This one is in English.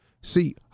See